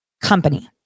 company